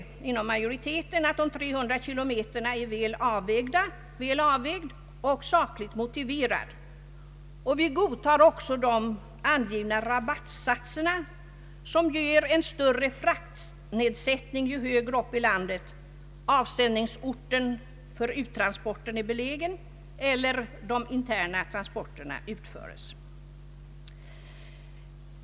Utskottsmajoriteten har funnit att gränsen är väl avvägd och sakligt motiverad och godtar också de angivna rabattsatserna, som ger större fraktnedsättning ju högre upp i landet avsändningsorten för uttransporten är belägen eller de interna transporterna utförs.